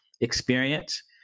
experience